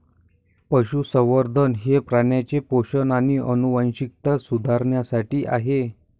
पशुसंवर्धन हे प्राण्यांचे पोषण आणि आनुवंशिकता सुधारण्यासाठी आहे